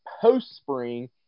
post-spring